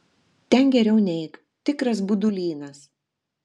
ten geriau neik tikras budulynas